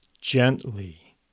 gently